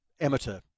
amateur